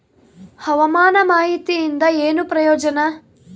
ಹವಾಮಾನ ಮಾಹಿತಿಯಿಂದ ಏನು ಪ್ರಯೋಜನ?